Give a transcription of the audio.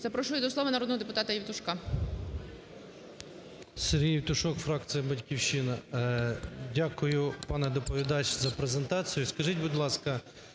Запрошую до слова народного депутата Євтушка. 13:02:12 ЄВТУШОК С.М. Сергій Євтушок, фракція "Батьківщина". Дякую, пане доповідач, за презентацію. Скажіть, будь ласка,